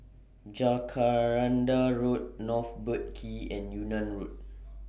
Jacaranda Road North Boat Quay and Yunnan Road